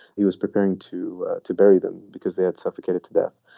he was preparing to to bury them because they had suffocated to death.